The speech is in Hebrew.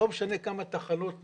לא משנה כמה תחנות נבנה,